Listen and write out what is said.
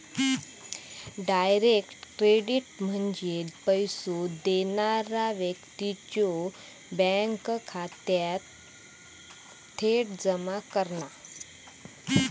direct credit म्हणजे पैसो देणारा व्यक्तीच्यो बँक खात्यात थेट जमा करणा